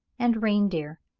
and reindeer.